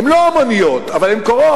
הן לא המוניות, אבל הן קורות.